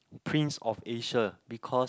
prince of Asia because